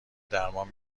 درمان